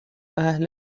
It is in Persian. اهل